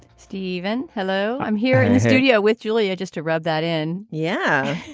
steven, hello. i'm here in the studio with julia, just to rub that in yeah,